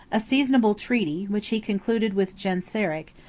a seasonable treaty, which he concluded with genseric,